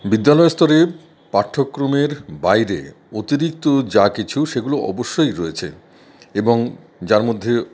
বিদ্যালয় স্তরের পাঠ্যক্রমের বাইরে অতিরিক্ত যা কিছু সেগুলো অবশ্যই রয়েছে এবং যার মধ্যে